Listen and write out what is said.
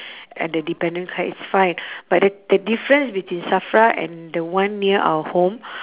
and the dependent card is fine but the the difference between safra and the one near our home